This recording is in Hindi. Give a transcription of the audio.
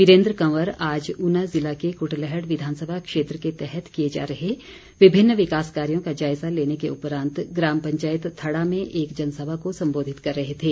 वीरेन्द्र कंवर आज ऊना ज़िला के कुटलैहड़ विधानसभा क्षेत्र के तहत किए जा रहे विभिन्न विकास कार्यों का जायजा लेने के उपरांत ग्राम पंचायत थड़ा में एक जनसभा को संबोधित कर रहे थे